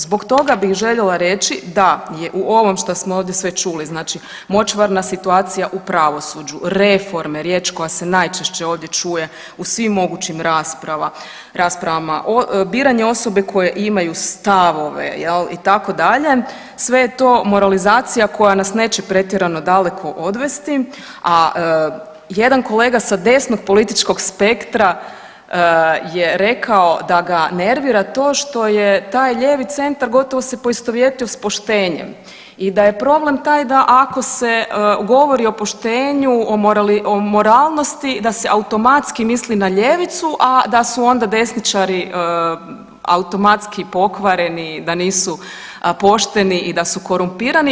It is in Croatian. Zbog toga bih željela reći da je u ovom šta smo ovdje sve čuli, znači močvarna situacija u pravosuđu, reforme riječ koja se najčešće ovdje čuje u svim mogućim raspravama, biranje osobe koje imaju stavove jel itd., sve je to moralizacija koja nas neće pretjerano daleko odvesti, a jedna kolega sa desnog političkog spektra je rekao da ga nervira to što je taj lijevi centar gotovo se poistovjetio s poštenjem i da je problem taj da ako se govori o poštenju, o moralnosti da se automatski misli na ljevicu, a da su onda desničari automatski pokvareni, da nisu pošteni i da su korumpirani.